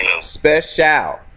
Special